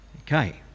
Okay